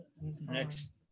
next